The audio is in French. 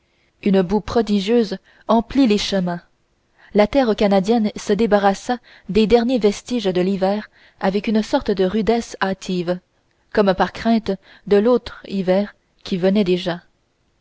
un boue prodigieuse emplit les chemins la terre canadienne se débarrassa des derniers vestiges de l'hiver avec une sorte de rudesse hâtive comme par crainte de l'autre hiver qui venait déjà